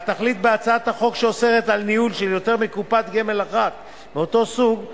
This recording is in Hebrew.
והתכלית בהצעת החוק שאוסרת על ניהול של יותר מקופת גמל אחת מאותו סוג,